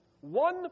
one